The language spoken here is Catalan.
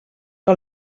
que